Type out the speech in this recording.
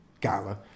gala